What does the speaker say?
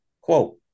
quote